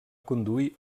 conduir